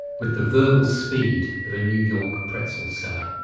with the verbal speed of a new york pretzel seller.